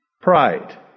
pride